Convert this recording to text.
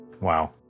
Wow